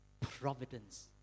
providence